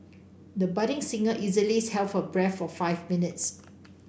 the budding singer easily held her breath for five minutes